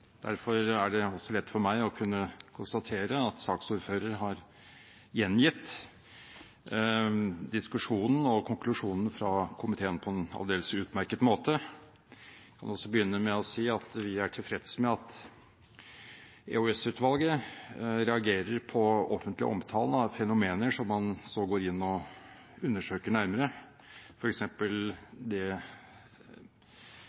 Derfor er det lett for meg å kunne konstatere at saksordføreren har gjengitt diskusjonen og konklusjonen fra komiteen på en aldeles utmerket måte. Jeg kan begynne med å si at vi er tilfreds med at EOS-utvalget reagerer på offentlig omtale av fenomener, som man så går inn og undersøker nærmere,